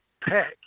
pack